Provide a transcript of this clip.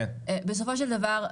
בסופו של דבר,